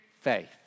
faith